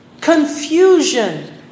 Confusion